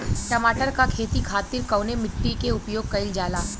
टमाटर क खेती खातिर कवने मिट्टी के उपयोग कइलजाला?